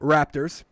Raptors